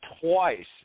twice